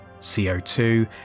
CO2